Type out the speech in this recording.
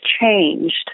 changed